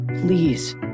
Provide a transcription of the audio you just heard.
Please